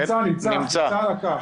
נמצא על הקו.